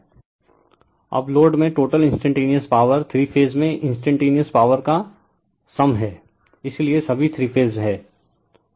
refer slide time 0812 अब load में total instantaneous power three phase में इंस्टेंटेनिअस पॉवर का सम है इसलिए सभी थ्री फेज हैं